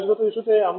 পরিবেশগত ইস্যুতে